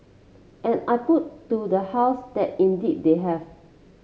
and I put to the house that indeed they have